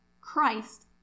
Christ